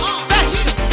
special